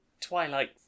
twilight